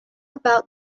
about